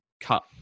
cut